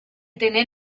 tener